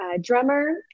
drummer